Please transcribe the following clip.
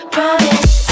Promise